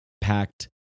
packed